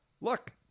look